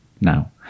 Now